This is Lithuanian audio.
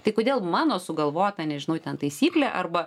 tai kodėl mano sugalvota nežinau ten taisyklė arba